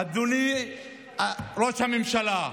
אדוני ראש הממשלה,